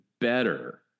better